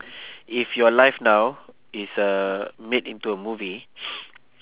if your life now is uh made into a movie